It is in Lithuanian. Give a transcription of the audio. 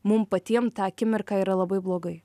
mum patiem tą akimirką yra labai blogai